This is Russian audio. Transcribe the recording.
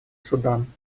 судан